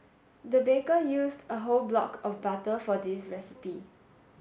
the baker used a whole block of butter for this recipe